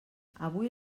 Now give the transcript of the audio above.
avui